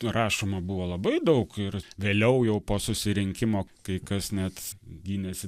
rašoma buvo labai daug ir vėliau jau po susirinkimo kai kas net gynėsi